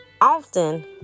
often